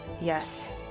yes